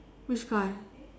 which guy